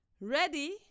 Ready